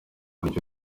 buryo